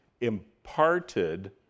imparted